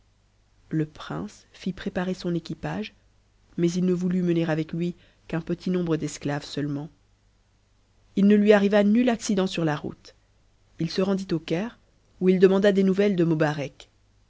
le prince fit préparer son équipage mais il ne voulut mener avec lui qu'un petit nombre d'esclaves seulement il ne lui arriva nul accident sur la route il se rendit au caire où il demanda des nouvelles de mobarec